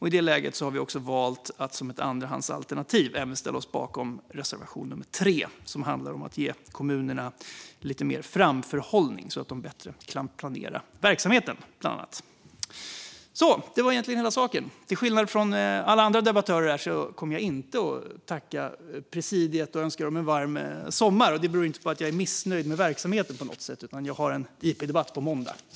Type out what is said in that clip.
I det läget har vi valt att som ett andrahandsalternativ även ställa oss bakom reservation 3, som handlar om att ge kommunerna lite mer framförhållning så att de bättre kan planera sin verksamhet. Det var egentligen hela saken. Till skillnad från alla andra debattörer här kommer jag inte att tacka presidiet och önska dem en varm sommar. Det beror inte på att jag är missnöjd med verksamheten på något sätt utan på att jag har en interpellationsdebatt på måndag.